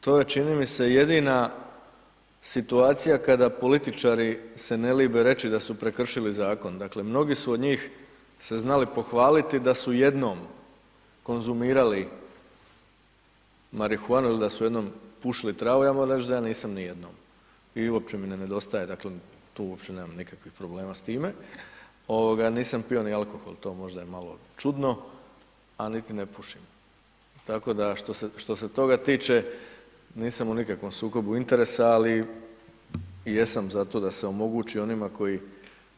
to je čini mi se jedina situacija kada političari se ne libe reći da su prekršili zakon, dakle, mnogi su od njih se znali pohvaliti da su jednom konzumirali marihuanu ili da su jednom pušili travu, ja moram reći da ja nisam nijednom i uopće mi ne nedostaje, dakle, tu uopće nemam nikakvih problema s time, nisam pio ni alkohol, to možda je malo čudno, a niti ne pušim, tako da što se toga tiče, nisam u nikakvom sukobu interesa, ali jesam zato da se omogući onima koji